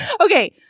okay